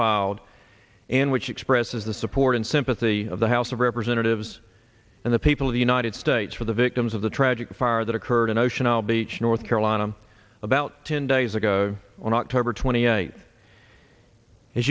filed and which expresses the support and sympathy of the house of representatives and the people of the united states for the victims of the tragic fire that occurred in ocean isle beach north carolina about ten days ago on october twenty eighth a